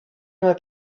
might